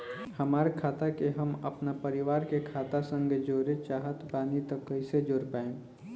हमार खाता के हम अपना परिवार के खाता संगे जोड़े चाहत बानी त कईसे जोड़ पाएम?